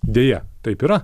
deja taip yra